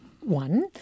one